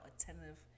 attentive